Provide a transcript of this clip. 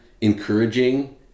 encouraging